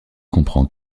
comprend